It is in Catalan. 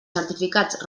certificats